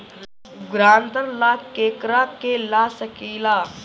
ग्रांतर ला केकरा के ला सकी ले?